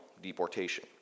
deportation